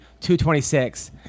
226